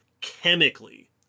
Chemically